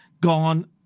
gone